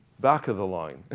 back-of-the-line